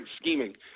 scheming